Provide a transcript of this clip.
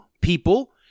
people